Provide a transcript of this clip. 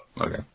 okay